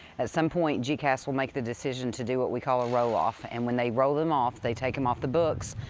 at some point gecas will make the decision to do what we call a roll off, and when they roll them off, they take em off the books.